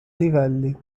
livelli